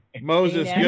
Moses